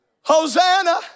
Hosanna